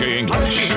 English